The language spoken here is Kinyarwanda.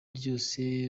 ryose